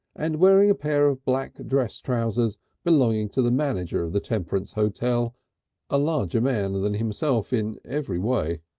and wearing a pair of black dress trousers belonging to the manager of the temperance hotel a larger man than himself in every way.